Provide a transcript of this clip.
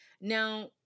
Now